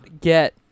get